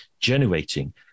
generating